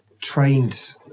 trained